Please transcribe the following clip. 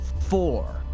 four